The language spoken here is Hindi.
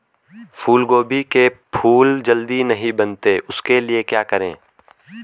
फूलगोभी के फूल जल्दी नहीं बनते उसके लिए क्या करें?